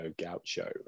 Gaucho